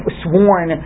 sworn